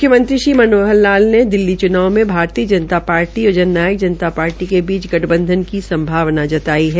मुख्यमंत्री श्री मनोहर लाल ने दिल्ली चुनाव में भारतीय जनता पार्टी और जन नायक जनता पार्टी के बीच गठबंधन की संभावना जताई है